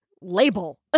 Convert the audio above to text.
label